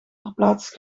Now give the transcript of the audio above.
verplaatst